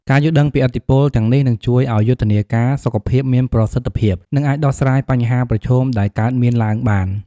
ការយល់ដឹងពីឥទ្ធិពលទាំងនេះនឹងជួយឲ្យយុទ្ធនាការសុខភាពមានប្រសិទ្ធភាព និងអាចដោះស្រាយបញ្ហាប្រឈមដែលកើតមានឡើងបាន។